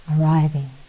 arriving